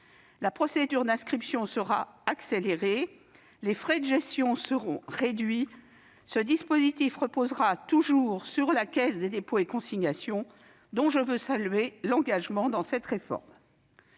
La procédure d'inscription sera accélérée. Les frais de gestion seront réduits. Ce dispositif continuera de reposer sur la Caisse des dépôts et consignations, dont je veux saluer l'engagement dans cette réforme.